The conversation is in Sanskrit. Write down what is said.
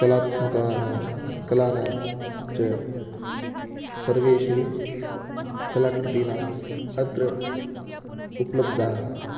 कलात्मकानां कलानां च सर्वेषु कलाकृतिना अत्र उपलब्धाः